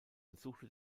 besuchte